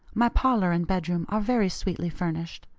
my parlor and bedroom are very sweetly furnished.